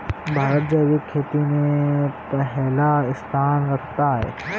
भारत जैविक खेती में पहला स्थान रखता है